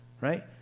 right